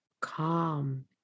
calm